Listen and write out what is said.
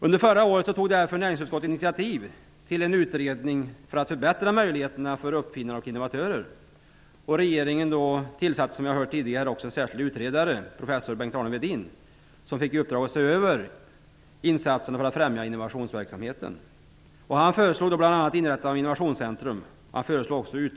Under förra året tog vi från näringsutskottet initiativ till en utredning för att förbättra möjligheterna för uppfinnare och innovatörer. Regeringen tillsatte, som vi tidigare har hört, en särskild utredare, professor Per-Åke Wedin. Han fick i uppdrag att se över insatserna för att främja innovationsverksamheten. Han föreslog bl.a.